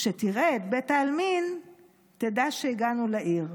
כשתראה בית העלמין תדע שהגענו לעיר.